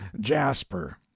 Jasper